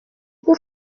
pour